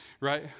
right